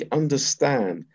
understand